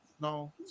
No